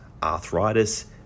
arthritis